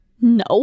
No